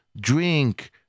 drink